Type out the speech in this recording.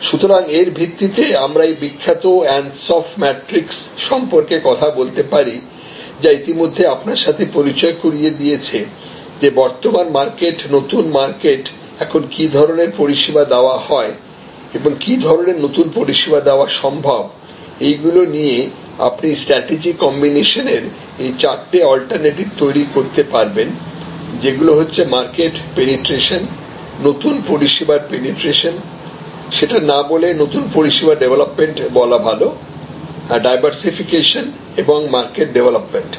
সুতরাং এর ভিত্তিতে আমরা এই বিখ্যাত আনসফ ম্যাট্রিক্স সম্পর্কে কথা বলতে পারি যা ইতিমধ্যে আপনার সাথে পরিচয় করিয়ে দিয়েছে যে বর্তমান মার্কেট নতুন মার্কেট এখন কি ধরনের পরিষেবা দেওয়া হয় এবং কি ধরনের নতুন পরিষেবা দেওয়া সম্ভব এইগুলো নিয়ে আপনি স্ট্র্যাটেজি কম্বিনেশনের এই চারটে অল্টারনেটিভ তৈরি করতে পারবেন যেগুলি হবে মার্কেট পেনিট্রেশন নতুন পরিষেবার পেনেট্রেশন অথবা সেটা না বলে নতুন পরিষেবা ডেভলপমেন্ট বলা ভালো ডাইভারসিফিকেশন এবং মার্কেট ডেভেলপমেন্ট